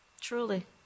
Truly